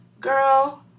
girl